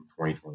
2020